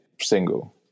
single